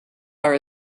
are